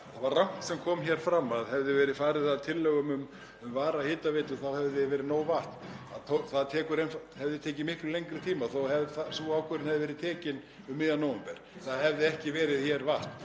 það var rangt sem kom fram að hefði verið farið að tillögum um varahitaveitu þá hefði verið nóg vatn. Það hefði tekið miklu lengri tíma þó að sú ákvörðun hefði verið tekin um miðjan nóvember, það hefði ekki verið hér vatn.